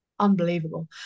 Unbelievable